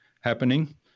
happening